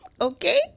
okay